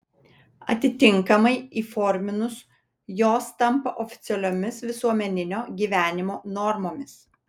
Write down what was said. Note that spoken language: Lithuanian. atitinkamai įforminus jos tampa oficialiomis visuomeninio gyvenimo normomis